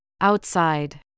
Outside